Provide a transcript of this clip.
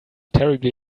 terribly